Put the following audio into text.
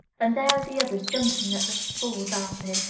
and there are the others jumping at the falls after him,